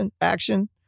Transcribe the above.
action